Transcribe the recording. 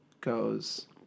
goes